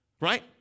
right